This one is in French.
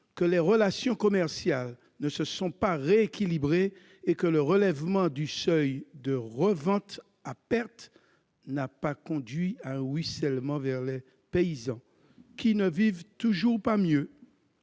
que les relations commerciales ne se sont pas rééquilibrées et que le relèvement du seuil de revente à perte n'a pas conduit à un ruissellement vers les paysans, qui ne vivent toujours pas mieux.